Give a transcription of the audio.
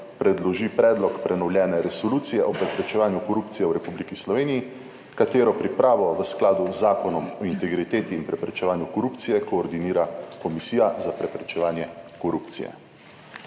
predloži predlog prenovljene Resolucije o preprečevanju korupcije v Republiki Sloveniji, katero pripravo v skladu z Zakonom o integriteti in preprečevanju korupcije koordinira Komisija za preprečevanje korupcije,